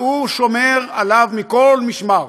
והוא שומר עליו מכל משמר.